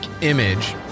image